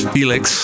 Felix